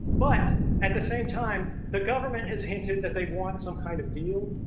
but at the same time, the government has hinted that they want some kind of deal,